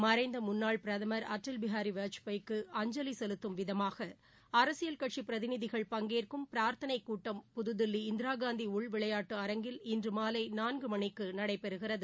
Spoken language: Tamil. மறைந்த முன்னாள் பிரதம் அடல் பிஹாரி வாஜ்பாய் க்கு அஞ்சலி செலுத்தும் விதமாக அரசியல் கட்சி பிரதிநிதிகள் பங்கேற்கும் பிரார்த்தனை கூட்டம் புதுதில்லி இந்திராகாந்தி உள்விளையாட்டு அரங்கில் இன்று மாலை நான்கு மணிக்கு நடைபெறுகிறது